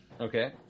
Okay